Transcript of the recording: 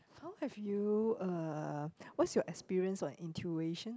how have you uh what's your experience on intuition